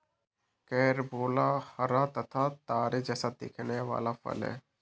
carambola हरा तथा तारे जैसा दिखने वाला फल है